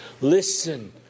Listen